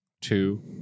two